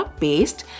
paste